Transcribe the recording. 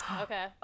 Okay